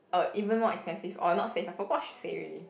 uh even more expensive or not safe I forgot she say already